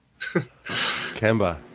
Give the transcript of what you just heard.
Kemba